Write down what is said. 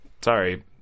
Sorry